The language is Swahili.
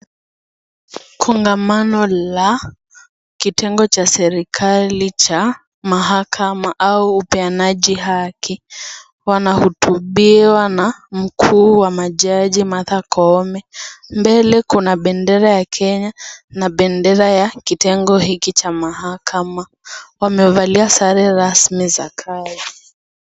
Kongamano la kitengo cha serikali cha mahakama au upeanaji haki, wanahutubiwa na mkuu wa majaji Martha Koome. Mbele kuna bendera ya Kenya na bendera ya kitengo hiki cha mahakama, wamevalia sare rasmi za kazi.